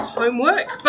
homework